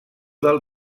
del